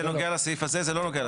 זה נוגע לסעיף הזה?, זה לא.